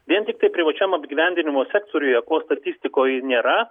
vien tiktai privačiam apgyvendinimo sektoriuje ko statistikoj nėra